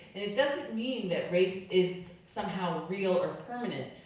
and it doesn't mean that race is somehow real or permanent,